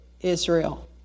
Israel